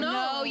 no